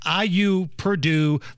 IU-Purdue